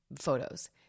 photos